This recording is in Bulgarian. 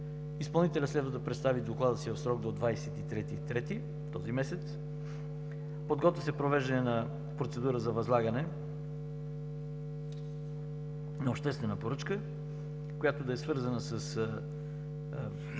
Изпълнителят следва да представи доклада си в срок до 23.03 тази година. Подготвя се провеждане на процедура за възлагане на обществена поръчка, която да е свързана с